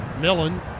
Millen